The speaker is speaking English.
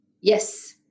Yes